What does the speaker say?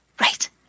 Right